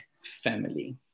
family